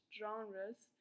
genres